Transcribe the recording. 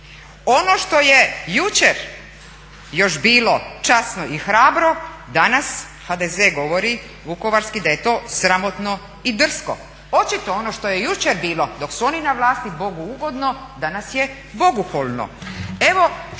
Ono što je jučer još bilo časno i hrabro, danas HDZ govori vukovarski da je to sramotno i drsko. Očito ono što je jučer bilo dok su oni na vlasti Bogu ugodno, danas je bogohulno.